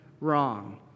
wrong